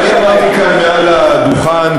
מעל הדוכן,